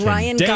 Ryan